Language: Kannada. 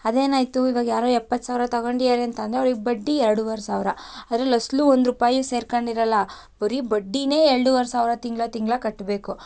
ಅದೇನಾಯ್ತು ಇವಾಗ ಯಾರೋ ಎಪ್ಪತ್ತು ಸಾವಿರ ತಗೊಂಡಿದ್ದಾರೆ ಅಂತ ಅಂದರೆ ಅವರಿಗೆ ಬಡ್ಡಿ ಎರ್ಡೂವರೆ ಸಾವಿರ ಅದ್ರಲ್ಲಿ ಅಸಲು ಒಂದು ರೂಪಾಯು ಸೇರ್ಕೊಂಡು ಇರಲ್ಲ ಬರೀ ಬಡ್ಡಿನೇ ಎರ್ಡೂವರೆ ಸಾವಿರ ತಿಂಗಳ ತಿಂಗಳ ಕಟ್ಬೇಕು